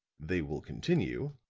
they will continue,